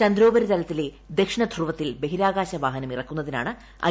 ചന്ദ്രോപരിതലത്തിലെ ദക്ഷിണ ധ്രുവത്തിൽ ബഹിരാകാശ വാഹനം ഇറക്കുന്നതിനാണ് ഐ